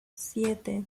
siete